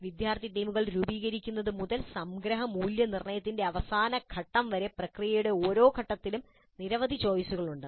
വിദ്യാർത്ഥി ടീമുകൾ രൂപീകരിക്കുന്നതു മുതൽ സംഗ്രഹ മൂല്യനിർണ്ണയത്തിന്റെ അവസാന ഘട്ടം വരെ പ്രക്രിയയുടെ ഓരോ ഘട്ടത്തിലും നിരവധി ചോയിസുകൾ ഉണ്ട്